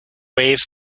waves